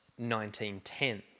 1910